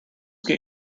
get